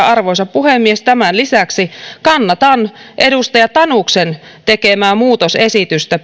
arvoisa puhemies tämän lisäksi kannatan edustaja tanuksen tekemää muutosesitystä